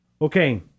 Okay